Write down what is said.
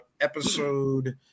episode